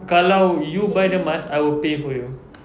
kalau you buy the mask I will pay for you